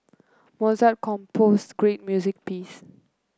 Mozart composed great music piece